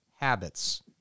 habits